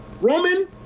Roman